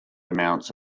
amounts